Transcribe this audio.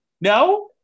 No